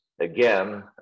Again